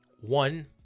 one